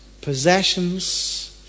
possessions